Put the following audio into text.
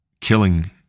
killing